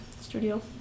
studio